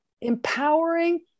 empowering